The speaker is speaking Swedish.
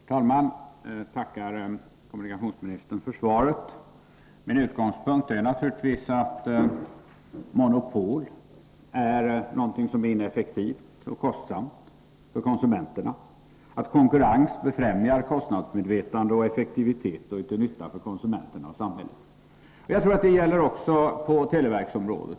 Herr talman! Jag tackar kommunikationsministern för svaret. Min utgångspunkt är naturligtvis att monopol är någonting som är ineffektivt och kostsamt för konsumenterna medan konkurrens befrämjar kostnadsmedvetande och effektivitet och är till nytta för konsumenterna och samhället. Jag tror att detta gäller också på televerkets område.